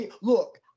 look